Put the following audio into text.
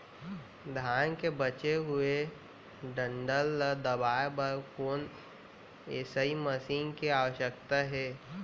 धान के बचे हुए डंठल ल दबाये बर कोन एसई मशीन के आवश्यकता हे?